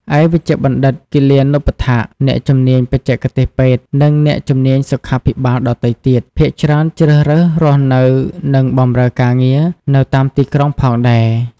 ឯ វេជ្ជបណ្ឌិត គិលានុបដ្ឋាក អ្នកជំនាញបច្ចេកទេសពេទ្យ និងអ្នកជំនាញសុខាភិបាលដទៃទៀតភាគច្រើនជ្រើសរើសរស់នៅ និងបម្រើការងារនៅតាមទីក្រុងផងដែរ។